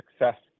success